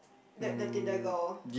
the the Tinder girl